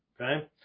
okay